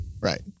Right